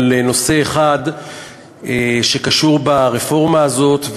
על נושא אחד שקשור ברפורמה הזאת,